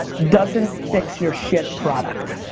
but doesn't fix your shit product.